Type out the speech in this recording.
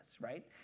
right